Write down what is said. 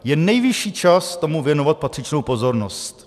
Je nejvyšší čas tomu věnovat patřičnou pozornost.